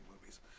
movies